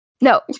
No